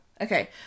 Okay